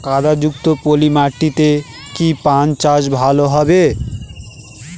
কাদা যুক্ত পলি মাটিতে কি পান চাষ ভালো হবে?